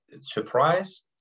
Surprise